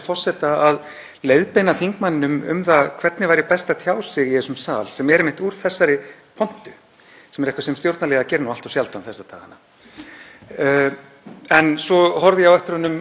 Svo horfði ég á eftir honum ganga út úr salnum þannig að það er kannski um seinan. Hann er búinn að tjá sig nóg með frammíköllum. Ég reikna með því að hv. þingmaður hafi þar verið að